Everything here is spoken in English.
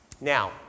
Now